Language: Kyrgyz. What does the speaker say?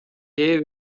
кээ